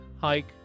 hike